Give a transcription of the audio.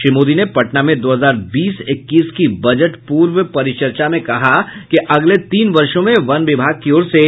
श्री मोदी ने पटना में दो हजार बीस इक्कीस की बजट पूर्व परिचर्चा में कहा कि अगले तीन वर्षो में वन विभाग की ओर से